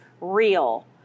real